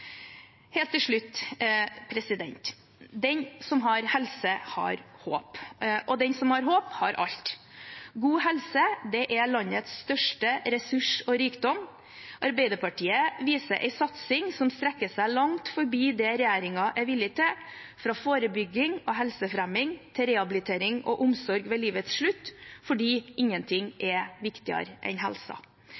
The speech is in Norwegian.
Helt til slutt: Den som har helse, har håp, og den som har håp, har alt. God helse er landets største ressurs og rikdom. Arbeiderpartiet viser en satsing som strekker seg langt forbi det regjeringen er villig til, fra forebygging og helsefremming til rehabilitering og omsorg ved livets slutt, fordi